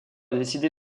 décidé